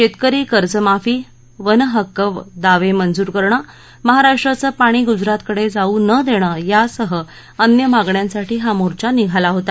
शेतकरी कर्ज माफी वन हक्क दावे मंजूर करणं महाराष्ट्राचं पाणी गुजरातकडे जाऊ न देणं यासह अन्य मागण्यांसाठी हा मोर्चा निघाला होता